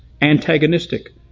antagonistic